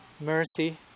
mercy